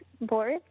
board